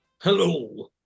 Hello